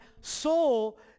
soul